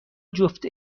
جفت